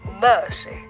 mercy